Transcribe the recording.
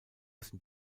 sind